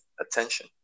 attention